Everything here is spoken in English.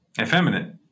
effeminate